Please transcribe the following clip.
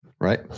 Right